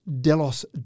Delos